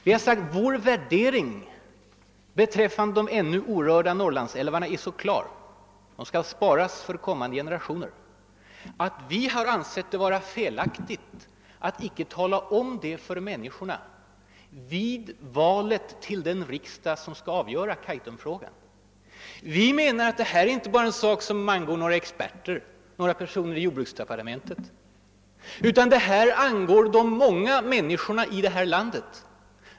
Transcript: Vi har sagt: Vår värdering beträffande de ännu orörda Norrlandsälvarna är så klar — de skall sparas för kommande generationer — att vi har ansett det felaktigt att inte tala om detta för människorna inför valet till den riksdag som skall avgöra Kaitumfrågan. Vi menar att det här är inte bara en sak som angår några experter och några personer i jordbruksdepartementet. Det angår de många människorna i vårt land.